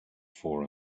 for